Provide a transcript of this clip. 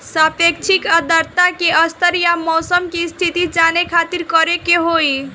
सापेक्षिक आद्रता के स्तर या मौसम के स्थिति जाने खातिर करे के होई?